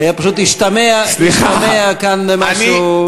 פשוט השתמע כאן משהו, סליחה.